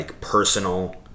personal